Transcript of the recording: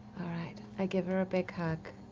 all right. i give her a big hug,